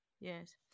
Yes